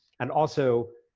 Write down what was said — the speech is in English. and also,